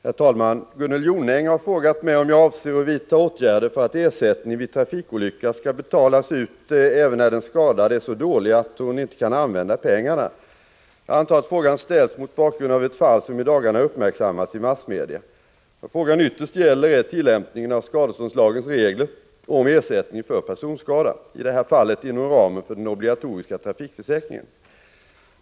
Herr talman! Gunnel Jonäng har frågat mig om jag avser att vidta åtgärder för att ersättning vid trafikolycka skall betalas ut även när den skadade är så dålig att hon ej kan använda pengarna. Jag antar att frågan ställs mot bakgrund av ett fall som i dagarna har uppmärksammats i massmedia. Vad frågan ytterst gäller är tillämpningen av skadeståndslagens regler om ersättning för personskada — i det här fallet inom ramen för den obligatoriska trafikförsäkringen.